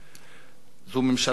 זו ממשלה הרפתקנית,